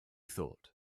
thought